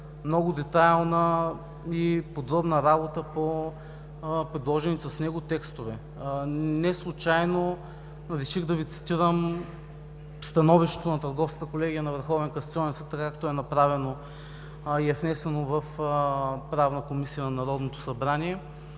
много детайлна и подробна работа по предложените в него текстове. Неслучайно реших да Ви цитирам становището на Търговската колегия на Върховния касационен съд, както е направено и е внесено в Правната комисия на Народното събрание,